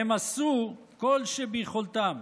והם עשו כל שביכולתם,